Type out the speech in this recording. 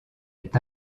est